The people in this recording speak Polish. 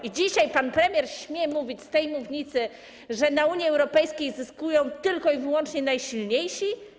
I dzisiaj pan premier śmie mówić z tej mównicy, że na Unii Europejskiej zyskują tylko i wyłącznie najsilniejsi?